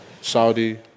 Saudi